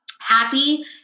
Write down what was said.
happy